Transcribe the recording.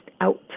out